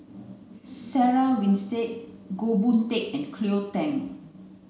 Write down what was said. Sarah Winstedt Goh Boon Teck and Cleo Thang